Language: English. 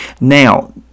Now